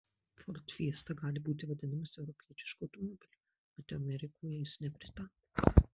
ford fiesta gali būti vadinamas europietišku automobiliu mat amerikoje jis nepritapo